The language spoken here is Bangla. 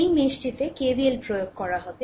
এই মেশটিতে KVL প্রয়োগ করা হবে